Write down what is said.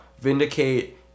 Vindicate